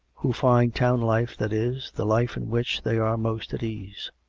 who find town-life, that is, the life in which they are most at ease.